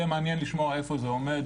יהיה מעניין לשמוע איפה זה עומד,